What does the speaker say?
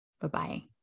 Bye-bye